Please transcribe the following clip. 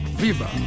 viva